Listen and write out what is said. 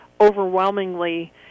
overwhelmingly